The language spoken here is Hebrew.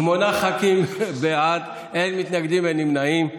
שמונה ח"כים בעד, אין מתנגדים ואין נמנעים.